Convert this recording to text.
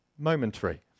Momentary